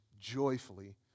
joyfully